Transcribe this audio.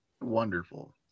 Wonderful